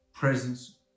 Presence